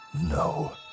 No